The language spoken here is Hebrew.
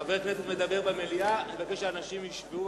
חבר כנסת מדבר במליאה, אני מבקש שאנשים ישבו.